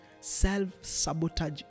self-sabotage